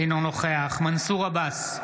אינו נוכח מנסור עבאס,